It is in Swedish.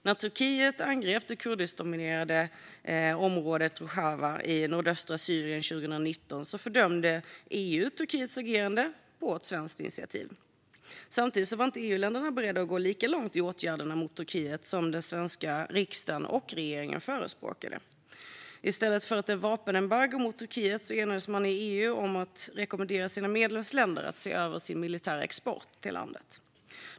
När Turkiet angrep det kurdiskdominerade området Rojava i nordöstra Syrien 2019 fördömde EU Turkiets agerande på svenskt initiativ. Samtidigt var inte EU-länderna beredda att gå lika långt i åtgärderna mot Turkiet som den svenska riksdagen och regeringen förespråkade. I stället för ett vapenembargo mot Turkiet enades man i EU om att rekommendera sina medlemsländer att se över sin militära export till landet.